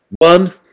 One